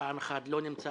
מפעם אחת, לא נמצא